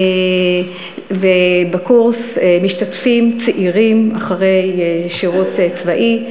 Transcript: ובקורס משתתפים צעירים אחרי שירות צבאי.